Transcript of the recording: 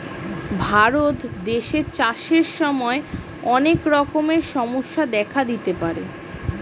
ভারত দেশে চাষের সময় অনেক রকমের সমস্যা দেখা দিতে পারে